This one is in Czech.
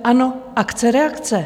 Ano, akce reakce.